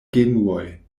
genuoj